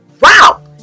wow